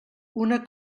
una